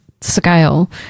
scale